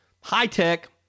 high-tech